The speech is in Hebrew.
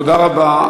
תודה רבה.